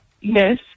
Yes